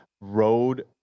road